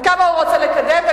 וכמה הוא רוצה לקדם,